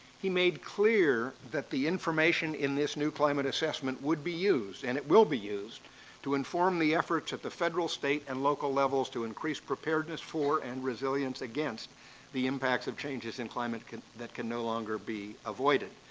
he made clear that the information in this new climate assessment would be used and it will be used to inform the efforts at the federal, state, and local levels to increase preparedness for and resilience against the impacts of changes in climate that can no longer be avoided.